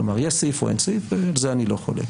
כלומר יש סעיף או אין סעיף, ועל זה אני לא חולק.